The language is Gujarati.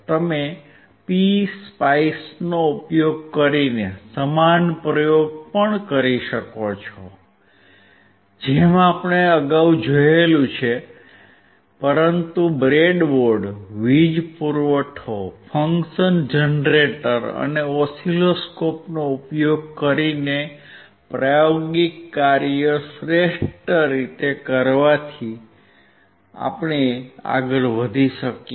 તમે PSpice નો ઉપયોગ કરીને સમાન પ્રયોગ પણ કરી શકો છો જેમ આપણે અગાઉ જોયું છે પરંતુ બ્રેડબોર્ડ વીજ પુરવઠો ફંકશન જનરેટર અને ઓસિલોસ્કોપનો ઉપયોગ કરીને પ્રાયોગિક કાર્ય શ્રેષ્ઠ રીતે કરવાથી આગળ વધી શકાય